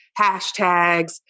hashtags